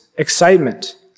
Excitement